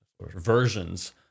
versions